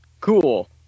Cool